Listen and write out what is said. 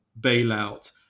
bailout